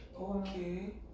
Okay